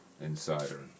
insider